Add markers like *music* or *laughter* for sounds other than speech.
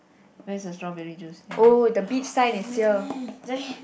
where's the strawberry juice ya *breath* *noise*